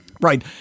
right